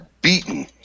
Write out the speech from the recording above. beaten